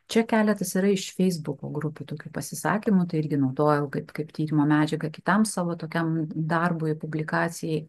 čia keletas yra iš feisbuko grupių tokių pasisakymų tai irgi naudojau kaip kaip tyrimo medžiagą kitam savo tokiam darbui publikacijai